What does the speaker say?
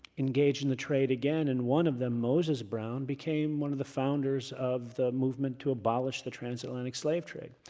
engaged in the trade again. and one of them, moses brown became one of the founders of the movement to abolish the transatlantic slave trade.